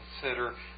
consider